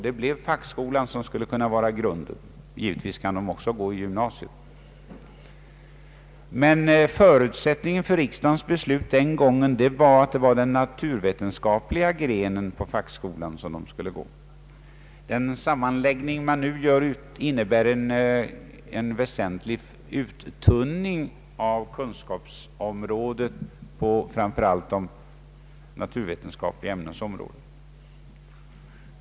Det blev fackskolan som skulle kunna vara grunden. Givetvis kan de även gå i gymnasiet. Men förutsättningen för riksdagens beslut den gången var att det var den naturvetenskapliga linjen på fackskolan som de skulle gå. Den sammanläggning man nu gör innebär en väsentlig uttunning av kunskapsområdet inom framför allt de naturvetenskapliga ämnena.